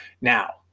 Now